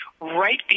right